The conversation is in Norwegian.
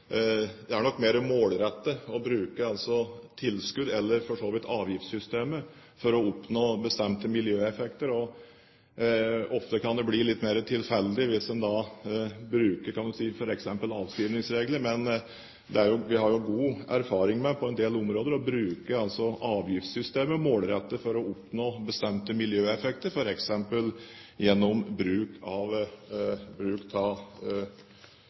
det er nok mer målrettet å bruke tilskudd, eller for så vidt avgiftssystemet, for å oppnå bestemte miljøeffekter. Ofte kan det bli litt mer tilfeldig hvis en bruker f.eks. avskrivningsregler, men vi har jo god erfaring med på en del områder å bruke avgiftssystemet målrettet for å oppnå bestemte miljøeffekter – bl.a. gjennom bruk av